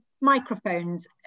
microphones